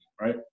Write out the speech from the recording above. right